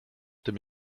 tym